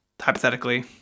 hypothetically